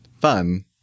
fun